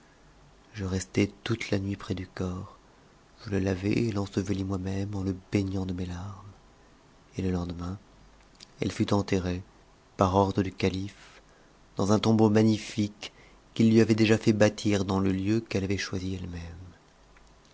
je restai toute la nuit près du corps je le lavai et t'ensevelis moi-même en le baignant de mes larmes et le lendemain elle fut enterrée par ordre du calife dans un tombeau magnifique qu'il lui hvait déjà fait bâtir dans le lieu qu'elle avait choisi